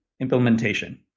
implementation